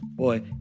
Boy